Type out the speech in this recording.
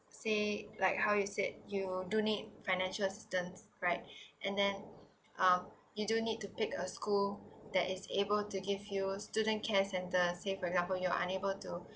say like how you said you do need financial assistance right and then uh you do need to pick a school that is able to give you student care center say for example you're unable to